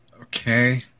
Okay